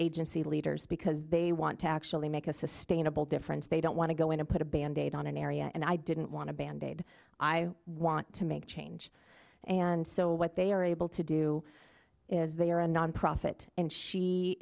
agency leaders because they want to actually make a sustainable difference they don't want to go in and put a band aid on an area and i didn't want to band aid i want to make change and so what they are able to do is they are a nonprofit and she